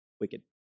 wicked